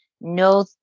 no